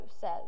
says